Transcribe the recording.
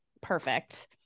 perfect